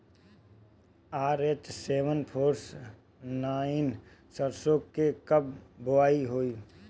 RH seven four nine सरसो के कब बुआई होई?